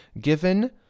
Given